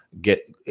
get